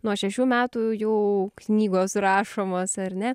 nuo šešių metų jau knygos rašomos ar ne